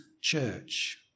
church